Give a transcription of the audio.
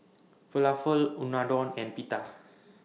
Falafel Unadon and Pita